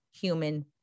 human